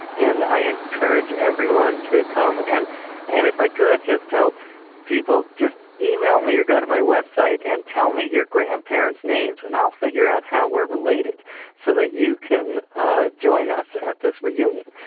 and i encourage everyone to come. and and if i could just tell people, just email me or go to my website and tell me your grandparents' names and i'll figure out how we're related so that you can join us at this reunion.